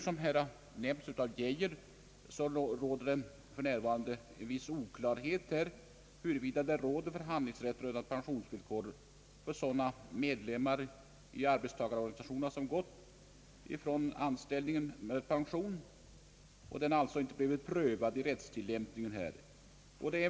Som här nämnts av herr Lennart Geijer råder det för närvarande en viss oklarhet om det föreligger någon förhandlingsrätt rörande pensionsvillkor för sådana medlemmar i arbetstagarorganisationer, som gått i pension; den frågan har inte blivit rättsligt prövad.